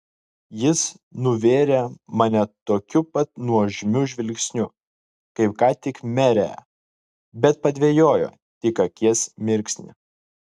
jis nuvėrė mane tokiu pat nuožmiu žvilgsniu kaip ką tik merę bet padvejojo tik akies mirksnį